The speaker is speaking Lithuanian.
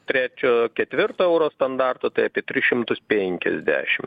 trečio ketvirto euro standarto tai apie tris šimtus penkiasdešim